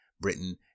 Britain